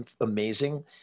amazing